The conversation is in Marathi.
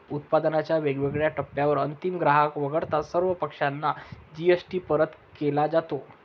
उत्पादनाच्या वेगवेगळ्या टप्प्यांवर अंतिम ग्राहक वगळता सर्व पक्षांना जी.एस.टी परत केला जातो